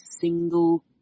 single